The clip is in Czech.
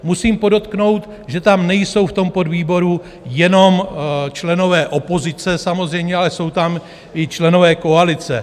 Musím podotknout, že tam nejsou v podvýboru jenom členové opozice, samozřejmě, ale jsou tam i členové koalice.